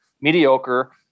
mediocre